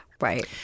Right